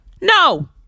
No